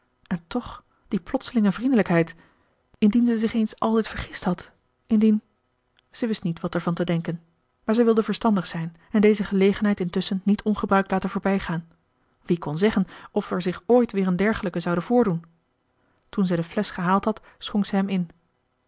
en toch die plotselinge vriendelijkheid indien zij zich eens altijd vergist had indien zij wist niet wat er van te denken maar zij wilde verstandig zijn en deze gelegenheid intusschen niet ongebruikt laten voorbijgaan wie kon zeggen of er zich ooit weer een dergelijke zoude voordoen toen zij de flesch gehaald had schonk zij hem in